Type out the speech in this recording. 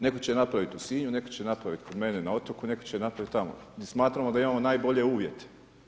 Neko će napraviti u Sinju, nego će napraviti kod mene na otoku, netko će napraviti tamo jel smatramo da imamo najbolje uvjete.